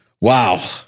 Wow